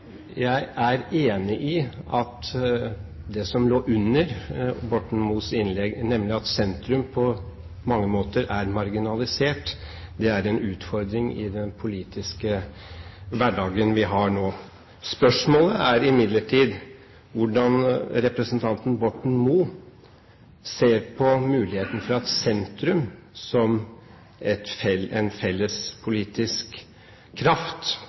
jeg ikke, men jeg er enig i at det som lå under Borten Moes innlegg, nemlig at sentrum på mange måter er marginalisert, er en utfordring i den politiske hverdagen vi har nå. Spørsmålet er imidlertid hvordan representanten Borten Moe ser på muligheten for at sentrum, som en felles politisk kraft,